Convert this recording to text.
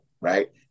right